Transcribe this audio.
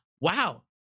wow